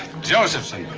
josephson.